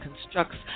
constructs